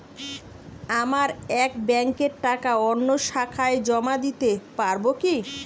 আমার এক ব্যাঙ্কের টাকা অন্য শাখায় জমা দিতে পারব কি?